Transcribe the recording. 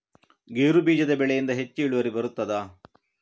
ಗೇರು ಬೀಜದ ಬೆಳೆಯಿಂದ ಹೆಚ್ಚು ಇಳುವರಿ ಬರುತ್ತದಾ?